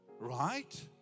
right